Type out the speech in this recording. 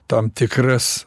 tam tikras